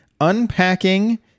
unpacking